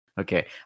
Okay